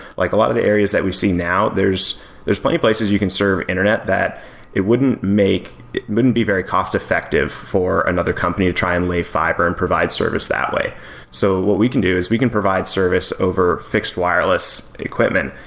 like a lot of the areas that we see now, there's there's plenty of places you can serve internet that it wouldn't make it wouldn't be very cost-effective for another company to try and lay fiber and provide service that way so what we can do is we can provide service over fixed wireless equipment,